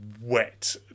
wet